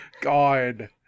God